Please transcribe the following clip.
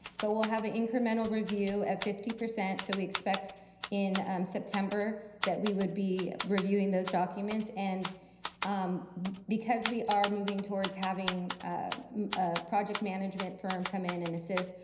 but we'll have an incremental review at fifty. so we expect in september that we would be reviewing those documents. and um because we are moving towards having a project management firm come in and assist,